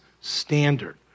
standard